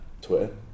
Twitter